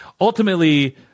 ultimately